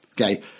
okay